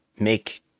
Make